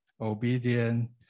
obedient